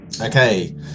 Okay